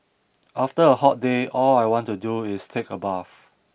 after a hot day all I want to do is take a bath